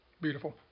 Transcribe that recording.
Beautiful